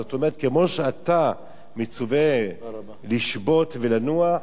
זאת אומרת, כמו שאתה מצווה לשבות ולנוח,